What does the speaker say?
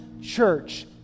church